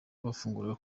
bafunguraga